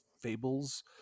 fables